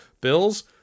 bills